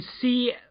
see